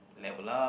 level up